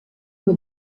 uno